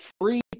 free